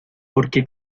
porque